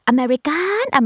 American